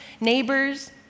neighbors